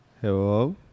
Hello